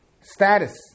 status